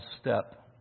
step